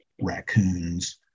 raccoons